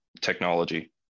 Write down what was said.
technology